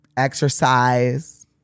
exercise